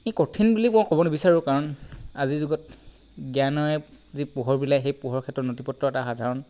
ই কঠিন বুলি মই ক'ব নিবিচাৰোঁ কাৰণ আজি যুগত জ্ঞানেৰে যি পোহৰ বিলায় সেই পোহৰ ক্ষেত্ৰত নথি পত্ৰ এটা সাধাৰণ